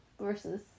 versus